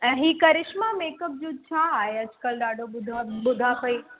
ऐं ही करिशमा मेकअप जो आहे अॼकल्ह ॾाढो ॿुधो आहे ॿुधां पई